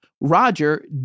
Roger